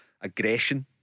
aggression